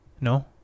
No